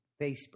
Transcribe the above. Facebook